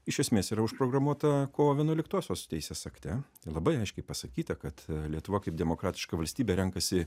iš esmės yra užprogramuota kovo vienuoliktosios teisės akte labai aiškiai pasakyta kad lietuva kaip demokratiška valstybė renkasi